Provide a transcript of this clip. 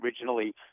originally